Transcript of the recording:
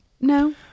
No